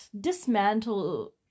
dismantle